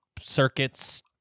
circuits